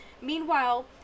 Meanwhile